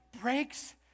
breaks